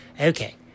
okay